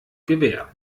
gewehr